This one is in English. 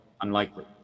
unlikely